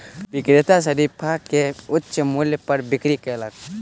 विक्रेता शरीफा के उच्च मूल्य पर बिक्री कयलक